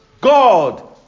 God